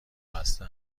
بسته